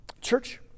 Church